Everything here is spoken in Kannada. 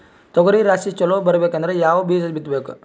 ತೊಗರಿ ರಾಶಿ ಚಲೋ ಬರಬೇಕಂದ್ರ ಯಾವ ಬೀಜ ಬಿತ್ತಬೇಕು?